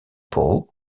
poole